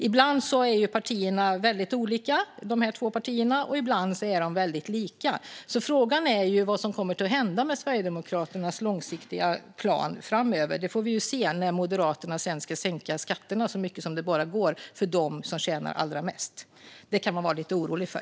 Ibland är de här två partierna väldigt olika, och ibland är de väldigt lika. Frågan är därför vad som kommer att hända med Sverigedemokraternas långsiktiga plan framöver. Det får vi se när Moderaterna sedan ska sänka skatterna så mycket som det bara går för dem som tjänar allra mest. Det kan man vara lite orolig för.